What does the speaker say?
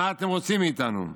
מה אתם רוצים מאיתנו?